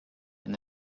and